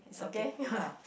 okay